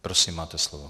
Prosím, máte slovo.